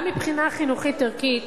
גם מבחינה חינוכית-ערכית,